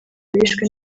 bishwe